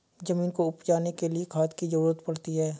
ज़मीन को उपजाने के लिए खाद की ज़रूरत पड़ती है